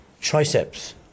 triceps